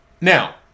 Now